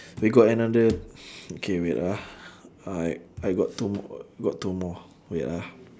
we got another okay wait ah I I got two mo~ got two more wait ah